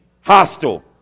hostile